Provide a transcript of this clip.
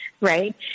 Right